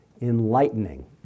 enlightening